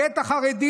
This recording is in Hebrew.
הכה את החרדים,